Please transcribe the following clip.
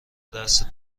دست